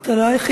אתה לא היחידי.